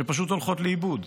שפשוט הולכות לאיבוד.